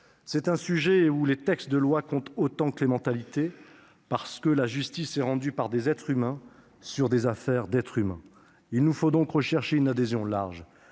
Sur ce sujet, les textes de loi comptent autant que les mentalités, parce que la justice est rendue par des êtres humains sur des affaires d'êtres humains. Il nous faut donc rechercher une adhésion large.